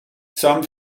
some